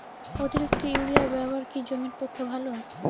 অতিরিক্ত ইউরিয়া ব্যবহার কি জমির পক্ষে ভালো?